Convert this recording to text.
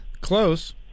Close